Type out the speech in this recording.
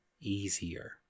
easier